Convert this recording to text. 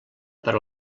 per